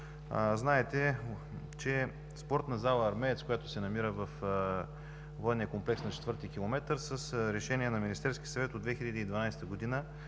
Знаете, че спортна зала „Армеец”, която се намира във Военния комплекс на Четвърти километър, с решение на Министерския съвет от 2012 г.